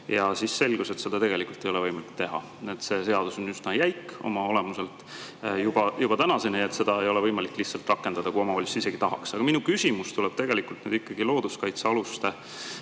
Ja siis selgus, et seda tegelikult ei ole võimalik teha. See seadus on üsna jäik oma olemuselt, nii et seda [vabastust] ei ole võimalik lihtsalt rakendada, kui omavalitsused isegi tahaks. Aga minu küsimus tuleb tegelikult looduskaitsealuste